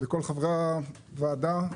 לכל חברי הוועדה,